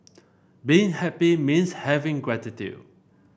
being happy means having gratitude